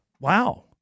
wow